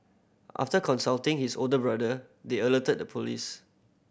after consulting his older brother they alerted the police